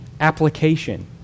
application